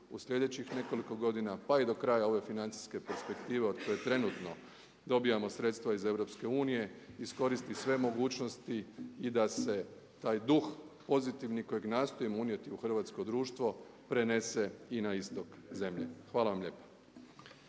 u sljedećih nekoliko godina pa i do kraja ove financijske perspektive od koje trenutno dobivamo sredstva iz EU iskoristi sve mogućnosti i da se taj duh pozitivni kojeg nastojimo unijeti u hrvatsko društvo prenese i na istok zemlje. Hvala vam lijepa.